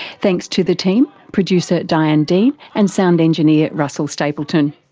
thanks to the team, producer diane dean and sound engineer russell stapleton.